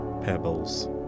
pebbles